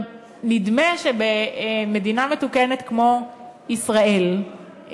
נדמה שבמדינה מתוקנת כמו ישראל,